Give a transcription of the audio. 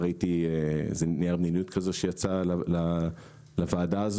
ראיתי נייר שיצא לוועדה.